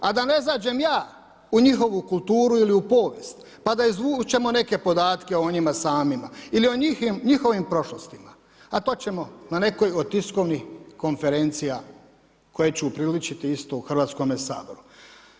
A da ne zađem ja u njihovu kulturu ili u povijest, pa da izvučemo neke podatke o njima samima ili o njihovim prošlostima, a to ćemo na nekoj od tiskovnih konferencija koje ću upriličiti isto u Hrvatskome saboru.